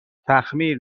تخمیر